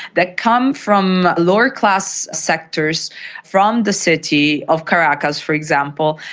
that come from lower class sectors from the city of caracas, for example,